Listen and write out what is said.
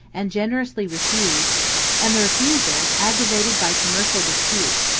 and generously refused and the refusal, aggravated by commercial disputes,